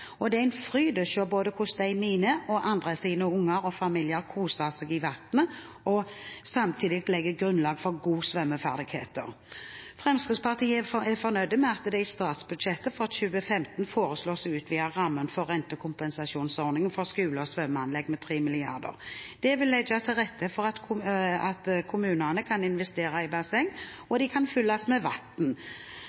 Det er en fryd å se hvordan både mine barnebarn og andres barn og familier koser seg i vannet og samtidig legger grunnlaget for gode svømmeferdigheter. Fremskrittspartiet er fornøyd med at det i statsbudsjettet for 2015 foreslås å utvide rammen for rentekompensasjonsordningen for skole- og svømmeanlegg med 3 mrd. kr. Det vil legge til rette for at kommunene kan investere i basseng, og